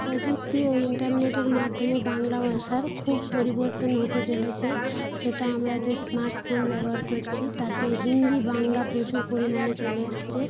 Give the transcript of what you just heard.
প্রযুক্তি ও ইন্টারনেটের মাধ্যমে বাংলা ভাষার খুব পরিবর্তন হতে চলেছে সেটা আমরা যে স্মার্ট ফোন ব্যবহার করছি তাতে হিন্দি বাংলা প্রচুর পরিমাণে চলে এসেছে